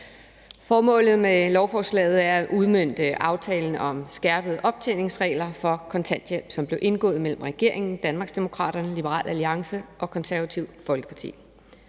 Formålet med lovforslaget er at udmønte aftalen om skærpede optjeningsregler for kontanthjælp, som blev indgået mellem regeringen, Danmarksdemokraterne, Liberal Alliance og Det Konservative Folkeparti.